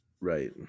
Right